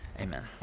Amen